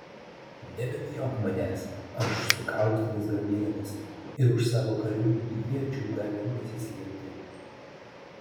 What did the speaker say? nebebijok manęs aš sukaustytas grandinėmis ir už savo karių iečių gali nesislėpti